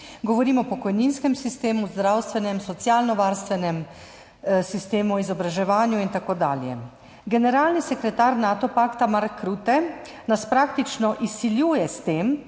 Govorim o pokojninskem sistemu, zdravstvenem, socialnovarstvenem sistemu, izobraževanju in tako dalje. Generalni sekretar Nato pakta Mark Rutte nas praktično izsiljuje s tem,